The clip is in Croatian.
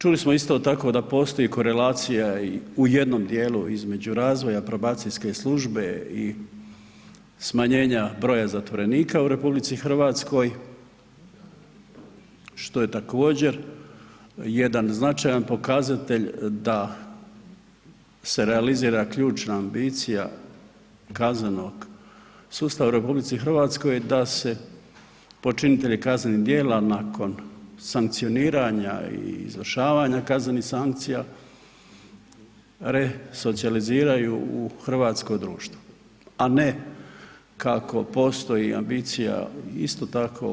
Čuli smo isto tako da postoji korelacija u jednom dijelu između razvoja probacijske službe i smanjenja broja zatvorenika u RH što je također jedan značajan pokazatelj da se realizira ključna ambicija kaznenog sustava u RH da se počinitelji kaznenih djela nakon sankcioniranja i izvršavanja kaznenih sankcija resocijaliziraju u hrvatsko društvo, a ne kako postoji ambicija isto tako